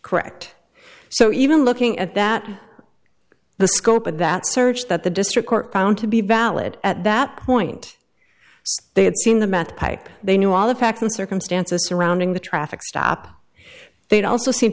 correct so even looking at that the scope of that search that the district court found to be valid at that point they had seen the meth pipe they knew all the facts and circumstances surrounding the traffic stop they'd also see